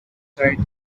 side